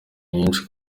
nyinshi